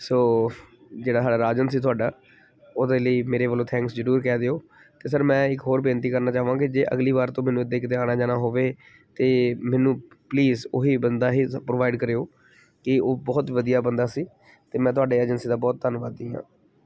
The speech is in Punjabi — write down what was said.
ਸੋ ਜਿਹੜਾ ਸਾਡਾ ਰਾਜਨ ਸੀ ਤੁਹਾਡਾ ਉਹਦੇ ਲਈ ਮੇਰੇ ਵੱਲੋਂ ਥੈਂਕਸ ਜ਼ਰੂਰ ਕਹਿ ਦਿਓ ਅਤੇ ਸਰ ਮੈਂ ਇੱਕ ਹੋਰ ਬੇਨਤੀ ਕਰਨਾ ਚਾਹਵਾਂਗਾ ਜੇ ਅਗਲੀ ਵਾਰ ਤੋਂ ਮੈਨੂੰ ਇੱਦਾਂ ਹੀ ਕਿਤੇ ਆਉਣਾ ਜਾਣਾ ਹੋਵੇ ਤਾਂ ਮੈਨੂੰ ਪਲੀਜ਼ ਉਹੀ ਬੰਦਾ ਹੀ ਪ੍ਰੋਵਾਈਡ ਕਰਿਓ ਅਤੇ ਉਹ ਬਹੁਤ ਵਧੀਆ ਬੰਦਾ ਸੀ ਅਤੇ ਮੈਂ ਤੁਹਾਡੇ ਏਜੰਸੀ ਦਾ ਬਹੁਤ ਧੰਨਵਾਦੀ ਹਾਂ